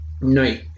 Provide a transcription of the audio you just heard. No